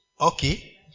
Okay